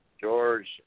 George